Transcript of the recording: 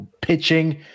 pitching